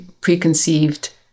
preconceived